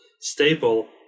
staple